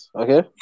okay